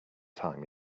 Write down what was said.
time